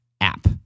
app